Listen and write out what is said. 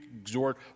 exhort